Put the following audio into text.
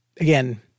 again